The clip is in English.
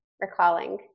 recalling